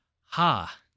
ha